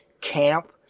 camp